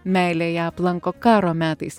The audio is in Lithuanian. meilė ją aplanko karo metais